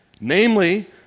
Namely